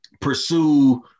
pursue